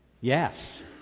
Yes